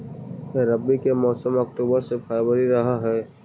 रब्बी के मौसम अक्टूबर से फ़रवरी रह हे